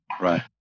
right